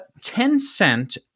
Tencent